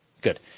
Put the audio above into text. good